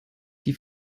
die